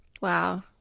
wow